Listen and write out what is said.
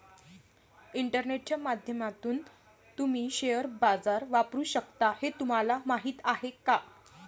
इंटरनेटच्या माध्यमातून तुम्ही शेअर बाजार वापरू शकता हे तुम्हाला माहीत आहे का?